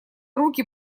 руки